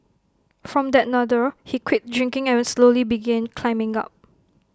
from that Nadir he quit drinking and slowly began climbing up